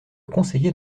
conseiller